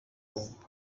congo